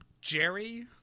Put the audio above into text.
Jerry